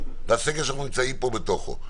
זה הסגר שאנחנו נמצאים בתוכו,